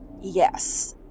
Yes